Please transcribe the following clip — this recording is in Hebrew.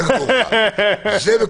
ליטיגטור.